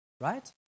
right